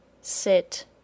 sit